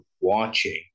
watching